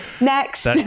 next